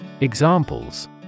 Examples